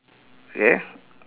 okay